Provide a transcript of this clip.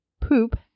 poop